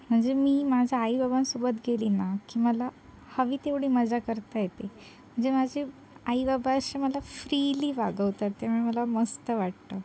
म्हणजे मी माझ्या आई बाबांसोबत गेली ना की मला हवी तेवढी मजा करता येते म्हणजे माझे आई बाबा असे मला फ्रीली वागवतात त्यामुळे मला मस्त वाटतं